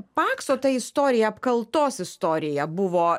pakso ta istorija apkaltos istorija buvo